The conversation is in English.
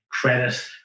credit